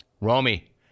Romy